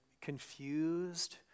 confused